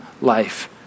life